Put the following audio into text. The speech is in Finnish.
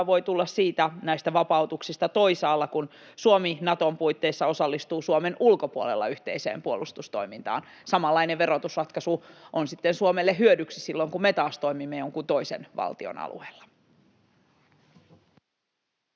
voi tulla hyötyä vapautuksista toisaalla, kun Suomi Naton puitteissa osallistuu Suomen ulkopuolella yhteiseen puolustustoimintaan. Samanlainen verotusratkaisu on sitten Suomelle hyödyksi silloin, kun me taas toimimme jonkun toisen valtion alueella.